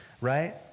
right